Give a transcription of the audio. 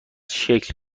شکل